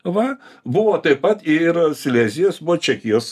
va buvo taip pat ir silezijos buvo čekijos